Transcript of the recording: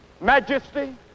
Majesty